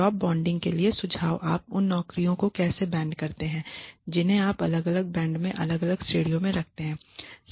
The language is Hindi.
जॉब बैंडिंग के लिए सुझाव आप उन नौकरियों को कैसे बैंड करते हैं जिन्हें आप अलग अलग बैंड में अलग अलग श्रेणियों में रखते हैं